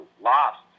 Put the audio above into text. lost